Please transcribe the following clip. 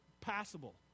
passable